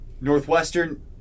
Northwestern